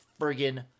friggin